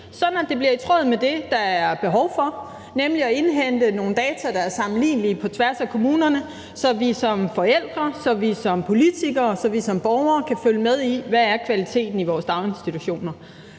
sådan at det bliver i tråd med det, der er behov for, nemlig at indhente nogle data, der er sammenlignelige på tværs af kommunerne, så vi som forældre, så vi som politikere, så vi som borgere kan følge med i, hvad kvaliteten i vores daginstitutioner